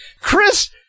Chris